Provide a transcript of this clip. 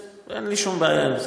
אין לי שום בעיה עם זה.